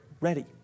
ready